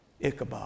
Ichabod